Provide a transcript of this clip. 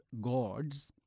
gods